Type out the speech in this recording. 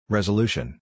Resolution